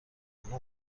اونها